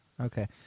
Okay